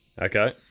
okay